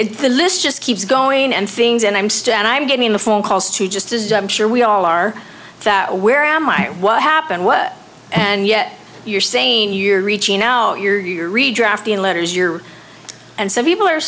it's the list just keeps going and things and i'm still and i'm getting the phone calls too just as i'm sure we all are that where am i what happened was and yet you're saying year reaching out your redrafting letters your and some people are